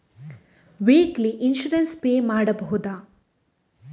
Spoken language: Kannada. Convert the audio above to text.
ವೀಕ್ಲಿ ಇನ್ಸೂರೆನ್ಸ್ ಪೇ ಮಾಡುವುದ?